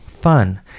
fun